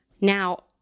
Now